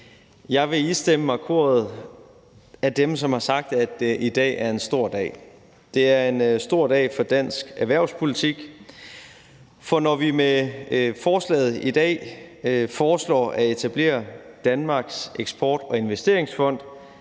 Jeg vil istemme koret af dem, som har sagt, at i dag er en stor dag. Det er en stor dag for dansk erhvervspolitik. For når vi med forslaget i dag foreslår at etablere Danmarks Eksport- og Investeringsfond,